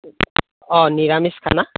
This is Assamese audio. অঁ নিৰামিষ খানা